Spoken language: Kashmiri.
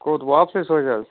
کوٚت واپسٕے سوزِ حظ